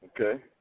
Okay